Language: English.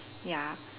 ya